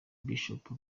bishop